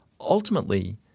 Ultimately